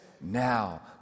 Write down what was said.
Now